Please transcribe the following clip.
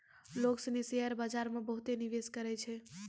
लोग सनी शेयर बाजार मे बहुते निवेश करै छै